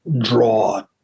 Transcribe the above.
draw